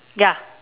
ya